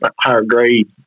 higher-grade